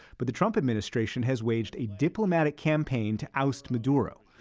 but the trump administration has waged a diplomatic campaign to oust maduro,